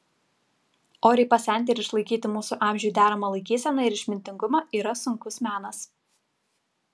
oriai pasenti ir išlaikyti mūsų amžiui deramą laikyseną ir išmintingumą yra sunkus menas